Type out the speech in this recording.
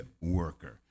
worker